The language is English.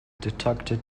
deducted